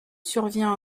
survient